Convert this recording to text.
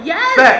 Yes